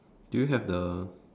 do you have the